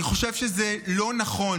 אני חושב שזה לא נכון,